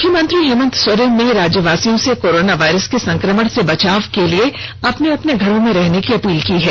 मुख्यमंत्री हेमंत सोरेन ने राज्यवासियों से कोरोना वायरस के संकमण से बचाव के लिए अपने अपने घरों में रहने की अपील की है